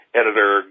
editor